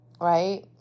right